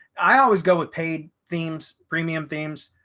i always go with paid themes, premium themes.